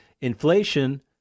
inflation